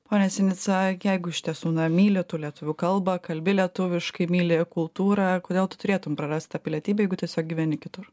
pone sinica jeigu iš tiesų na myli tu lietuvių kalbą kalbi lietuviškai myli kultūrą kodėl tu turėtum prarast tą pilietybę jeigu tiesiog gyveni kitur